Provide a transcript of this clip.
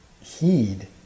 heed